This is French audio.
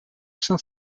saint